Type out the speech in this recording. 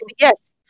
yes